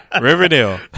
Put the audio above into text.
Riverdale